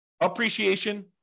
appreciation